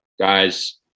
guys